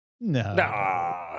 no